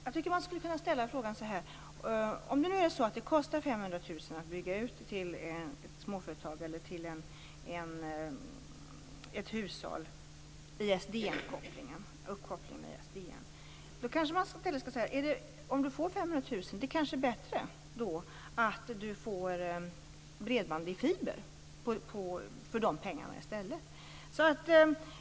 Jag tycker att man kan fundera så här: Om det kostar 500 000 att bygga ut uppkopplingen med ISDN till ett småföretag eller ett hushåll, är det kanske bättre att erbjuda dem att få bredband i fiber för dessa pengar i stället.